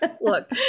Look